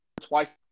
twice